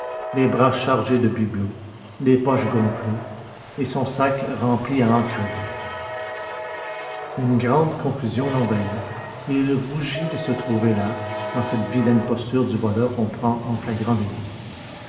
les bras chargés de bibelots les poches gonflées et son sac rempli à en crever une grande confusion l'envahit et il rougit de se trouver là dans cette vilaine posture du voleur qu'on prend en flagrant délit